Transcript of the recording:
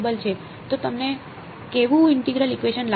તો તમને કેવું ઇન્ટેગ્રલ ઇકવેશન લાગે છે